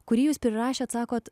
kurį jūs prirašėt sakot